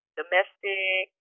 domestic